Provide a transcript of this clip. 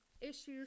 issues